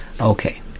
okay